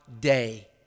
day